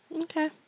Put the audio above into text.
Okay